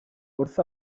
wrth